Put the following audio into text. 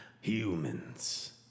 humans